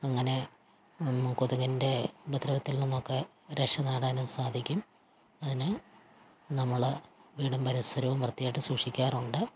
അങ്ങനെ കൊതുകിൻ്റെ ഉപദ്രവത്തിൽ നിന്നുമൊക്കെ രക്ഷ നേടാനും സാധിക്കും അതിന് നമ്മൾ വീടും പരിസരവും വൃത്തിയായിട്ട് സൂക്ഷിക്കാറുണ്ട്